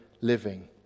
living